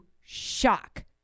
shock